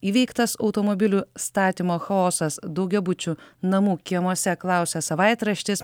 įveiktas automobilių statymo chaosas daugiabučių namų kiemuose klausia savaitraštis